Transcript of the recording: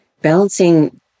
balancing